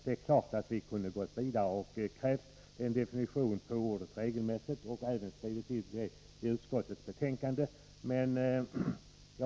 Det är klart att vi hade kunnat gå vidare och kräva en definition av ordet ”regelmässigt” och även skriva in den i utskottets betänkande.